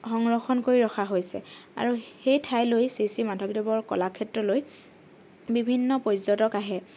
সংৰক্ষণ কৰি ৰখা হৈছে আৰু সেই ঠাইলৈ শ্ৰী শ্ৰী মাধৱদেৱৰ কলাক্ষেত্ৰলৈ বিভিন্ন পৰ্যটক আহে